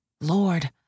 Lord